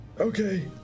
Okay